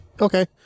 Okay